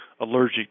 allergic